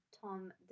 Tom